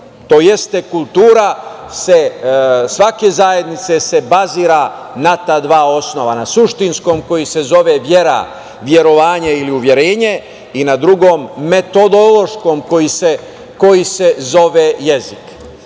to jeste kultura svake zajednice, se bazira na ta dva osnova, na suštinskom koji se zove vera, verovanje ili uverenje, i na drugom metodološkom koji se zove jezik.